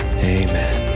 Amen